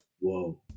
Whoa